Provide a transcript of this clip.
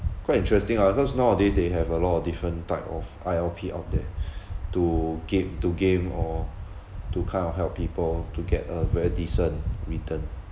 quite interesting ah because nowadays they have a lot of different type of I_L_P out there to get into game or to kind of help people to get a very decent return